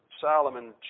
Solomon